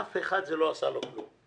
לאף אחד זה לא עשה כלום.